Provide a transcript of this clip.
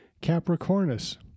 Capricornus